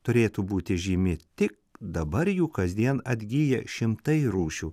turėtų būti žymi tik dabar jų kasdien atgyja šimtai rūšių